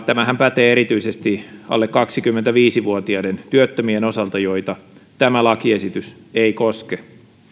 tämähän pätee erityisesti alle kaksikymmentäviisi vuotiaiden työttömien osalta joita tämä lakiesitys ei koske